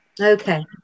okay